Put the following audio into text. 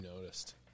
noticed